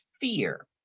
fear